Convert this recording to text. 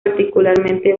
particularmente